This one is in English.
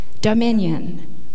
dominion